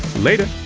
later.